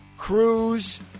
Cruz